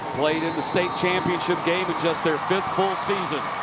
played in the state championship game in just their fifth full season.